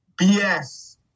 BS